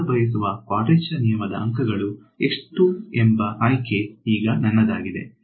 ನಾನು ಬಯಸುವ ಕ್ವಾಡ್ರೇಚರ್ ನಿಯಮದ ಅಂಕಗಳು ಎಷ್ಟು ಎಂಬ ಆಯ್ಕೆ ಈಗ ನನ್ನದಾಗಿದೆ